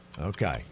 Okay